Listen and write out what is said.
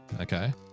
Okay